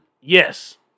Yes